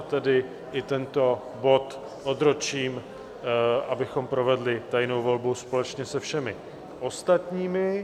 Tedy i tento bod odročím, abychom provedli tajnou volbu společně se všemi ostatními.